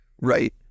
Right